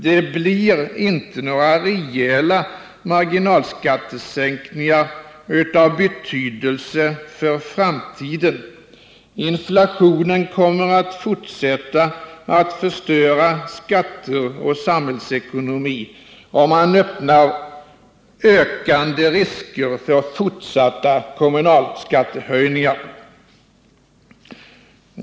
Det blir inte några rejäla marginalskattesänkningar av betydelse för framtiden. Inflationen kommer att fortsätta att förstöra skatter och samhällsekonomi, och man öppnar för ökande risker för fortsatta kommunalskattehöjningar.